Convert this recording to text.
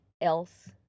else